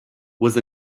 was